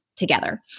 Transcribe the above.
Together